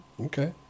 Okay